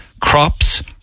crops